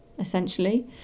essentially